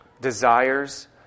desires